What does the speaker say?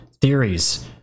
theories